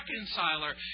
reconciler